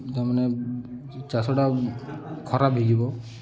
ତା ମାନେ ଚାଷଟା ଖରାପ ହେଇଯିବ